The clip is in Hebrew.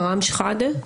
מראם שחאדה?